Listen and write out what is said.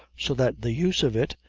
so that the use of it,